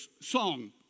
song